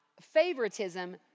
favoritism